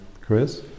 Chris